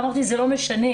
אמרתי שזה לא משנה,